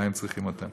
מה הם צריכים אותם?